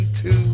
two